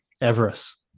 Everest